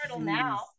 now